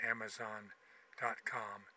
Amazon.com